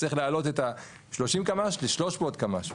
צריך להעלות את ה-30 קמ"ש ל-300 קמ"ש,